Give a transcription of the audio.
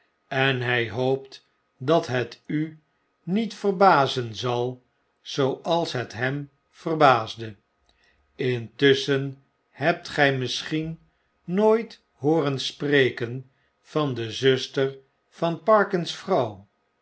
en hy hoopt dat het u niet verbazen zal zooals bet hem verbaasde intusschen hebt gj misschien nooit hooren spreken van de zuster van